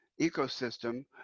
ecosystem